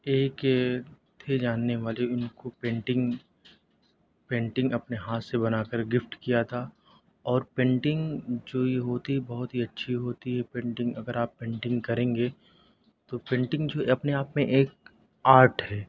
ایک تھے جاننے والے ان کو پینٹنگ پینٹگ اپنے ہاتھ سے بنا کر گفٹ کیا تھا اور پینٹنگ جو یہ ہوتی ہے بہت ہی اچھی ہوتی ہے پینٹنگ اگر آپ پینٹنگ کریں گے تو پینٹنگ جو ہے اپنے آپ میں ایک آرٹ ہے